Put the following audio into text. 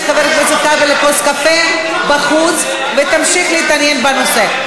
חבר הכנסת כבל לכוס קפה בחוץ ותמשיך להתעניין בנושא.